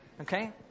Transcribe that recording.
okay